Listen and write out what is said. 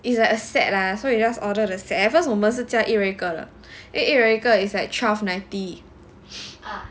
is like a set lah so you just order the set at first 我们是叫一人一个的因为一人一个 is like twelve ninety